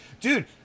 dude